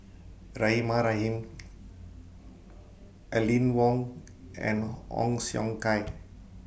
Rahimah Rahim Aline Wong and Ong Siong Kai